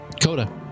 coda